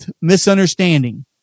misunderstanding